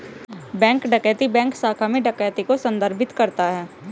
bank डकैती bank शाखा में डकैती को संदर्भित करता है